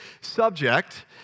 subject